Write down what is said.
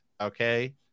okay